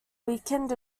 weakened